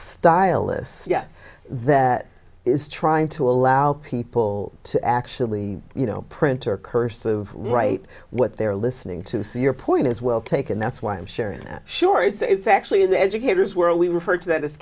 stylus yes that is trying to allow people to actually you know printer cursive write what they're listening to so your point is well taken that's why i'm sharing that sure it's actually in the educators where we refer to that